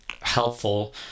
helpful